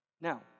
Now